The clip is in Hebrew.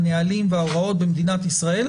הנהלים וההוראות במדינת ישראל,